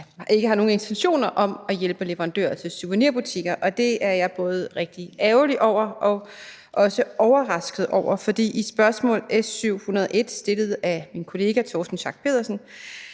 ikke har nogen intentioner om at hjælpe leverandører til souvenirbutikker, og det er jeg både rigtig ærgerlig over og også overrasket over. For på spørgsmål S 701 stillet af min kollega Torsten Schack Pedersen